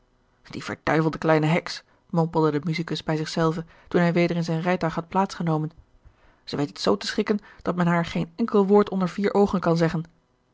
die verduivelde kleine heks mompelde de musicus gerard keller het testament van mevrouw de tonnette bij zich zelven toen hij weder in zijn rijtuig had plaats genomen ze weet het z te schikken dat men haar geen enkel woord onder vier oogen kan zeggen